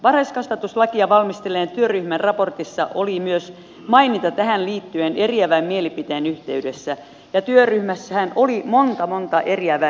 varhaiskasvatuslakia valmistelleen työryhmän raportissa oli myös maininta tähän liittyen eriävän mielipiteen yhteydessä ja työryhmässähän oli monta monta eriävää mielipidettä